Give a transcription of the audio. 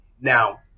Now